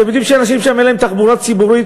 אתם יודעים שאנשים שם אין להם תחבורה ציבורית?